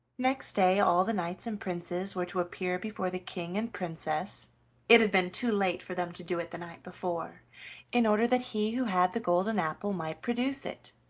next day all the knights and princes were to appear before the king and princess it had been too late for them to do it the night before in order that he who had the golden apple might produce it.